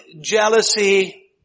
jealousy